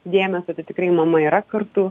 dėmesio tikrai mama yra kartu